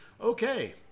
Okay